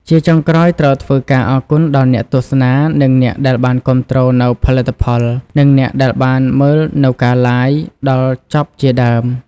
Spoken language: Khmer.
ជាចុងក្រោយត្រូវធ្វើការអរគុណដល់អ្នកទស្សនា និងអ្នកដែលបានគាំទ្រនូវផលិតផល និងអ្នកដែលបានមើលនូវការ Live ដល់ចប់ជាដើម។